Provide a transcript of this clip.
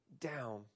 down